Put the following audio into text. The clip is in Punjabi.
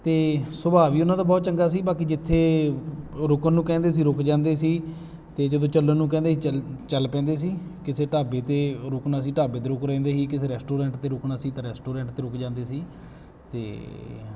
ਅਤੇ ਸੁਭਾਅ ਵੀ ਉਹਨਾਂ ਦਾ ਬਹੁਤ ਚੰਗਾ ਸੀ ਬਾਕੀ ਜਿੱਥੇ ਰੁਕਣ ਨੂੰ ਕਹਿੰਦੇ ਸੀ ਰੁਕ ਜਾਂਦੇ ਸੀ ਅਤੇ ਜਦੋਂ ਚੱਲਣ ਨੂੰ ਕਹਿੰਦੇ ਚੱਲ ਚੱਲ ਪੈਂਦੇ ਸੀ ਕਿਸੇ ਢਾਬੇ 'ਤੇ ਰੁਕਣਾ ਸੀ ਢਾਬੇ 'ਤੇ ਰੁਕ ਲੈਂਦੇ ਸੀ ਕਿਸੇ ਰੈਸਟੋਰੈਂਟ 'ਤੇ ਰੁਕਣਾ ਸੀ ਤਾਂ ਰੈਸਟੋਰੈਂਟ 'ਤੇ ਰੁਕ ਜਾਂਦੇ ਸੀ ਅਤੇ